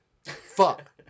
fuck